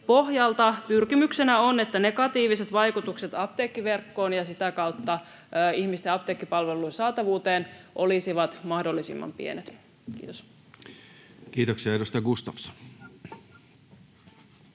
pohjalta. Pyrkimyksenä on, että negatiiviset vaikutukset apteekkiverkkoon ja sitä kautta ihmisten apteekkipalvelujen saatavuuteen olisivat mahdollisimman pienet. — Kiitos. [Speech 96]